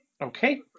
Okay